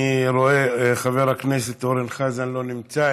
אני רואה שחבר הכנסת אורן חזן לא נמצא.